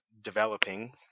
developing